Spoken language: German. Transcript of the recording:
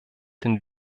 den